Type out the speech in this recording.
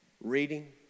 reading